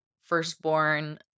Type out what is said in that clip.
firstborn